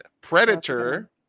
Predator